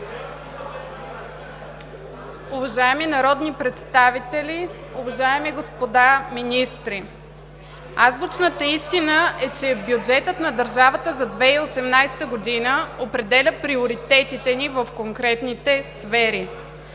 Уважаеми народни представители, уважаеми господа министри! Азбучната истина е, че Бюджетът на държавата за 2018 г. определя приоритетите ни в конкретните сфери.